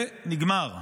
זה נגמר.